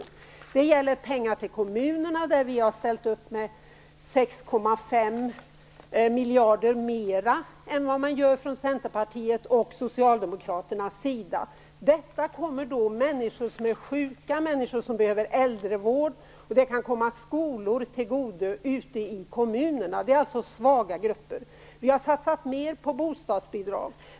Det gäller pengar till kommunerna, där vi har anslagit 6,5 miljarder mer än vad Centern och Socialdemokraterna ger. Detta kommer människor som är sjuka, människor som behöver äldrevård och skolor till godo ute i kommunerna. Det är alltså svaga grupper. Vi har också satsat mer på bostadsbidrag.